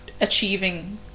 achieving